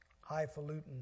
highfalutin